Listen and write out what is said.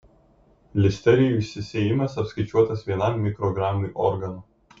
listerijų išsisėjimas apskaičiuotas vienam mikrogramui organo